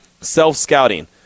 self-scouting